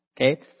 okay